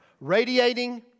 Radiating